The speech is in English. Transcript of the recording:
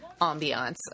ambiance